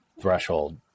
threshold